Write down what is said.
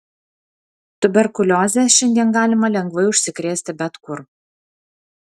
tuberkulioze šiandien galima lengvai užsikrėsti bet kur